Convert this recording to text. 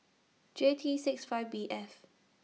J T six five B F